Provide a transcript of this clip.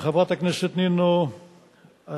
לחברת הכנסת נינו אבסדזה,